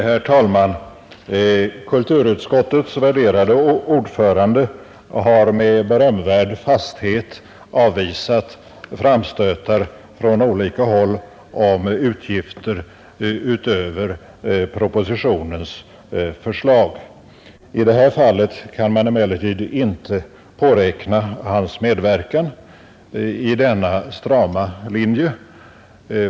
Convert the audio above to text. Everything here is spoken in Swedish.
Herr talman! Kulturutskottets värderade ordförande har med berömvärd fasthet avvisat framstötar från olika håll om utgifter utöver propositionens förslag. I detta fall kan man emellertid inte påräkna hans medverkan i denna strama linje.